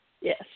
Yes